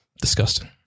Disgusting